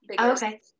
okay